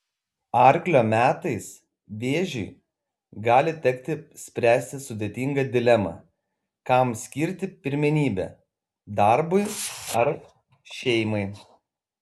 arklio metais vėžiui gali tekti spręsti sudėtingą dilemą kam skirti pirmenybę darbui ar šeimai